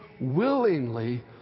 willingly